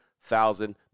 thousand